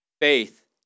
Faith